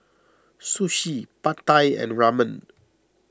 Sushi Pad Thai and Ramen